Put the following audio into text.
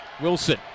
Wilson